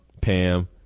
Pam